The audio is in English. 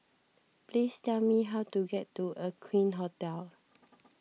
please tell me how to get to Aqueen Hotel